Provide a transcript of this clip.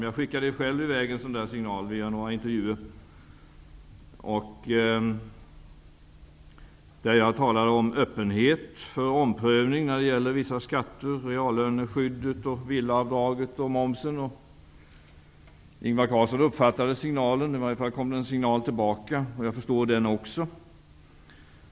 Jag skickade själv i väg en signal via några intervjuer där jag talade om öppenhet för omprövning när det gäller vissa skatter, reallöneskyddet, villaavdraget och momsen. Ingvar Carlsson uppfattade signalen. Det kom i alla fall en signal tillbaka, och jag förstår den också.